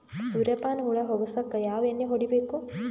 ಸುರ್ಯಪಾನ ಹುಳ ಹೊಗಸಕ ಯಾವ ಎಣ್ಣೆ ಹೊಡಿಬೇಕು?